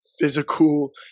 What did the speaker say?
physical